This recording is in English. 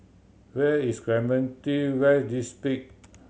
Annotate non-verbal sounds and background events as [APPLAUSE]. where is Clementi West [UNINTELLIGIBLE]